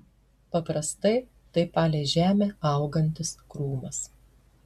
paprastai tai palei žemę augantis krūmas